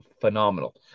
phenomenal